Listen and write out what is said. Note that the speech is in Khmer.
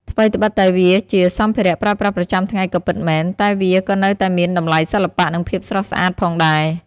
ថ្វីត្បិតតែវាជាសម្ភារៈប្រើប្រាស់ប្រចាំថ្ងៃក៏ពិតមែន តែវាក៏នៅតែមានតម្លៃសិល្បៈនិងភាពស្រស់ស្អាតផងដែរ។